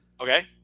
Okay